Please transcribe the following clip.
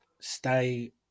stay